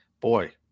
Boy